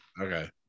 Okay